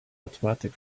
automatic